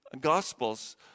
Gospels